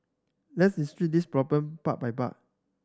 let's this problem part by part